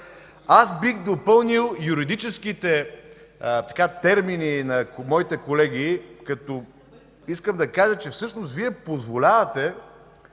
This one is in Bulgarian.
Аз бих допълнил юридическите термини на моите колеги, като искам да кажа, че всъщност Вие позволявате